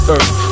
Earth